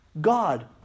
God